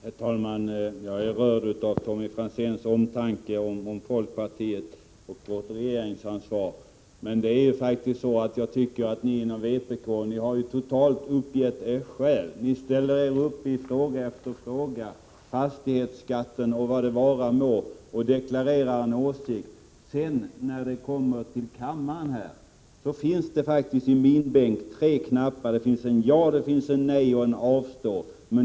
Herr talman! Jag är rörd av Tommy Franzéns omtanke om folkpartiet och dess regeringsansvar. Jag tycker faktiskt att ni inom vpk totalt uppgett er själva. Ni ställer upp i fråga efter fråga — fastighetsskatten eller vad det vara må — och deklarerar en åsikt. Här i kammaren finns det faktiskt i bänken tre knappar — en för nej, en för ja och en för avstår.